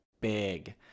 big